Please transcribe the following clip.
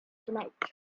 tonight